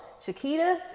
Shakita